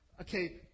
okay